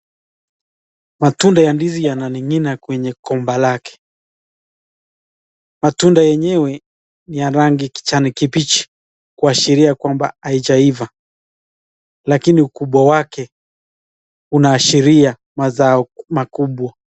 Matunda ya ndizi yananing'ina kwenye gomba lake. Matunda yenyewe ni ya rangi kijani kibichi kuashiria kwamba haijaiva lakini ukubwa wake unaashiria mazao makubwa.